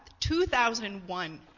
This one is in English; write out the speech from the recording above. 2001